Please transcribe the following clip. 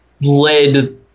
led